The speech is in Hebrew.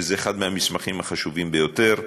שזה אחד המסמכים החשובים ביותר.